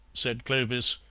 said clovis,